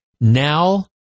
Now